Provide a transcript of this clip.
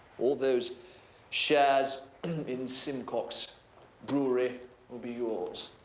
all those shares in simcox brewery will be yours.